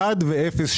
1 ו-02.